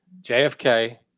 jfk